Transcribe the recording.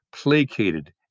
placated